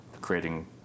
creating